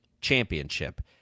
championship